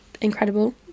incredible